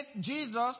Jesus